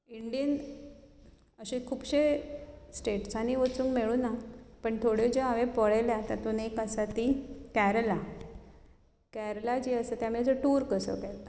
इंडियेंत अशे खुबशे स्टेट्सांनी अशें वचूं मेळूं ना पण थोड्यो ज्यो हांवें पळयल्यात तातूंत एक आसा ती कॅरेला कॅरेला जो आसा तोआमी टूर कसो केल्लो